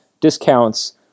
Discounts